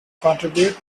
contribute